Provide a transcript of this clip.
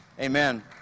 Amen